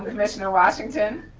ah commissioner washington.